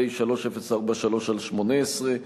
פ/3043/18.